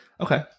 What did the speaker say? Okay